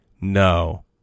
no